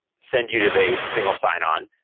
send you to the single sign-on.